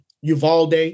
Uvalde